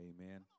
amen